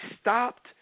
stopped